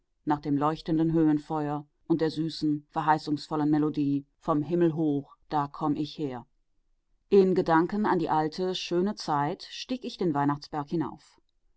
nach dem leuchtenden höhenfeuer und der süßen verheißungsvollen melodie vom himmel hoch da komm ich her in gedanken an alte schöne zeit stieg ich den weihnachtsberg hinauf